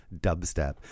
dubstep